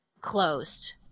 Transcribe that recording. closed